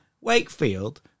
Wakefield